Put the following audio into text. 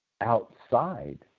outside